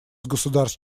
государств